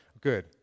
good